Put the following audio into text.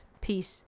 peace